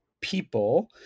people